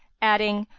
adding,